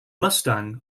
mustang